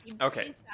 Okay